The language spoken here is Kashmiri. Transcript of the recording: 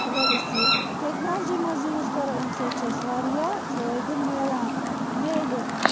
اگر أسۍ یہِ ٹٮ۪کنالجی منٛز یوٗز کَرو اَمہِ سۭتۍ چھِ أسۍ واریاہ فٲیدٕ میلان میلہِ